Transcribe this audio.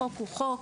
החוק הוא חוק,